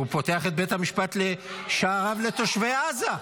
פותח את שערי בית המשפט לתושבי עזה,